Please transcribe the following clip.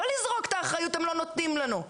לא לזרוק את האחריות הם לא נותנים לנו,